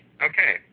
Okay